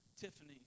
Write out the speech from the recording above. Tiffany